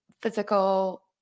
physical